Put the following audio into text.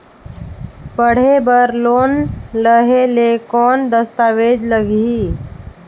पढ़े बर लोन लहे ले कौन दस्तावेज लगही?